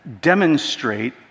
demonstrate